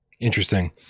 Interesting